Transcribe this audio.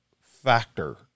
factor